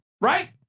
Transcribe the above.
right